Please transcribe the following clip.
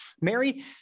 Mary